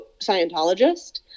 Scientologist